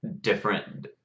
different